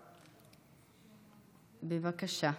בבקשה.